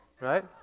right